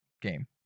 game